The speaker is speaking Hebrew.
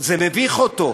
זה מביך אותו.